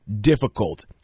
difficult